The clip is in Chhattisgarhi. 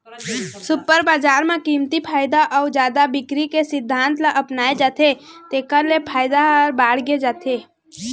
सुपर बजार म कमती फायदा अउ जादा बिक्री के सिद्धांत ल अपनाए जाथे तेखर ले फायदा ह बाड़गे जाथे